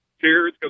cheers